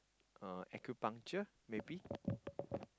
uh acupuncture maybe